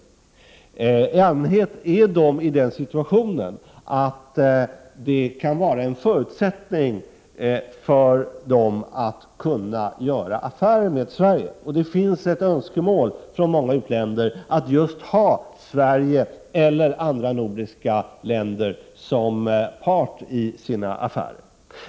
I allmänhet ak unpeklne one är de i den situationen att det kan vara en förutsättning för dem att kunna förkredit NR till göra affärer med Sverige. Det finns ett önskemål från många u-länder att just länder : 5 ha Sverige eller andra nordiska länder som part i sina affärer.